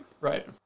Right